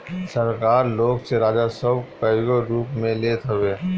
सरकार लोग से राजस्व कईगो रूप में लेत हवे